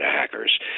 hackers